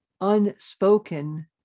unspoken